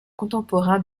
contemporain